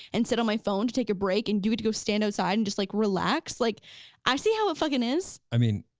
and sit on my phone to take a break, and do it to go stand outside and just like relax, like i see how it fucking is. i mean,